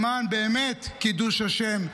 למען קידוש השם באמת.